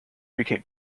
became